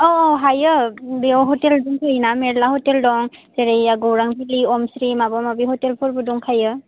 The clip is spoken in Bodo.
औ औ हायो बेयाव ह'टेल दंफैयो ना मेरला दं जेरै गौरांबिलि अमस्रि माबा माबि ह'टेल फोरबो दंखायो